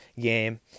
game